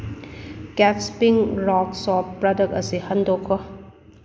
ꯀꯦꯠꯁ ꯄꯤꯡ ꯔꯣꯛ ꯁꯣꯞ ꯄ꯭ꯔꯗꯛ ꯑꯁꯤ ꯍꯟꯗꯣꯛꯈꯣ